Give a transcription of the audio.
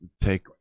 take